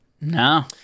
no